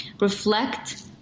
Reflect